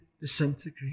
disintegrate